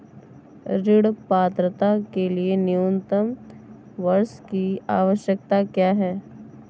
ऋण पात्रता के लिए न्यूनतम वर्ष की आवश्यकता क्या है?